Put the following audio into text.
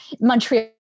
montreal